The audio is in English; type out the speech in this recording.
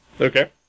Okay